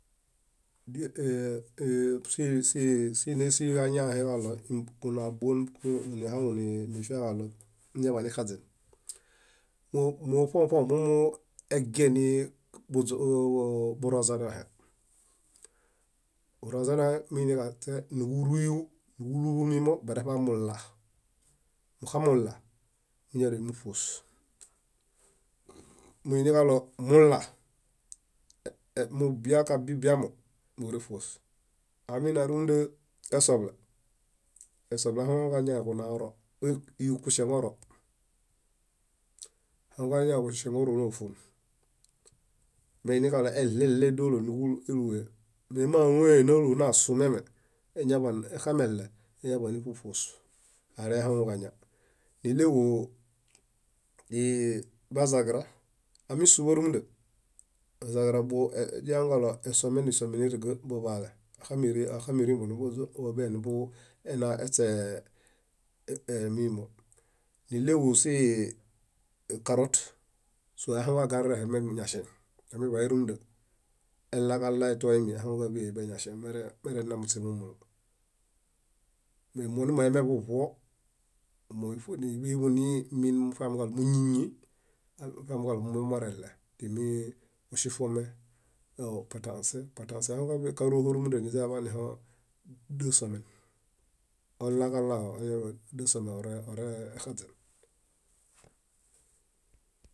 . Sínesihi kalo kañakunabon purnifiakalo meñaḃanexaźen, moṗoṗo momugĩeni buroźenahe. Buroźenahe miini níġuruyu mĩmo bareṗambula. Muxamula, miñara múṗuos. Muinikalo mulah, mubia kabibiamo, muereṗuos. Amina rumunda esoḃule, esoḃule ahaŋuġañae kunaoro, kuŝeŋoro. Muorela kuŝeŋoronofuon. Meiniġalo eɭeɭe dólo, níġulue meomaŋue náloom nasũmiame, exameɭe, eñaḃanéṗuṗuos aerehaŋuekaña. níɭeġu bazaġira, amisũḃo rumunda, bazaġira źihaŋukalo esomen isomen íriga buḃaale axamiyirembo niḃuna eśeemimo, níɭeġu ekarot, soahaŋu ġagardehe mem yaŝeŋ. amiḃae rumunda elakale toemi, ahaŋu kaḃee boyaśeŋ. monimulemeɦuɦuo ifoniḃemo nimin afiamikalo múñiñii afiamikalo momuereɭe timi iŝupome, ipatãse, patãse ahaŋu károbo rumunda niźaniḃaniho dáseme ola kalaaho dáseme oerexaźen.